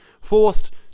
Forced